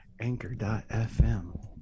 anchor.fm